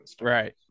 Right